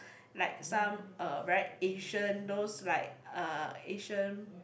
like some uh very Asian those like uh Asian